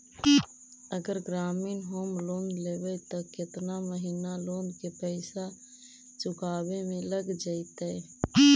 अगर ग्रामीण home loan लेबै त केतना महिना लोन के पैसा चुकावे में लग जैतै?